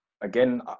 again